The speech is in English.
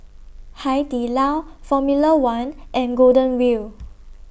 Hai Di Lao Formula one and Golden Wheel